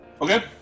Okay